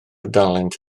dalent